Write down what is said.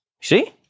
see